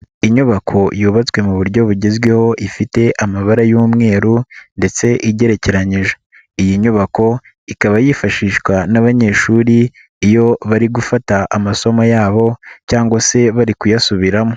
Inyubako yubatswe mu buryo bugezweho ifite amabara y'umweru ndetse igerekeranyije. Iyi nyubako ikaba yifashishwa n'abanyeshuri iyo bari gufata amasomo yabo cyangwa se bari kuyasubiramo.